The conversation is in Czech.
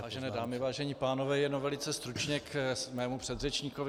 Vážené dámy, vážení pánové, jenom velice stručně k mému předřečníkovi.